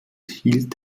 hielt